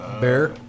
Bear